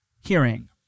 hearing